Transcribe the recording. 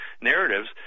narratives